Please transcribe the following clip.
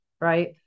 right